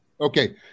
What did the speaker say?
Okay